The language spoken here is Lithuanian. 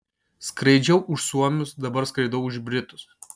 skraidžiau už suomius dabar skraidau už britus